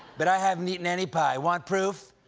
but i haven't eaten any pie. want proof?